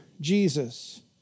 Jesus